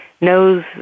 knows